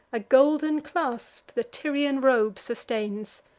a golden clasp the tyrian robe sustains.